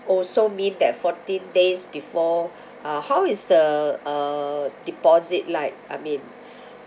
also mean that fourteen days before ah how is the uh deposit like I mean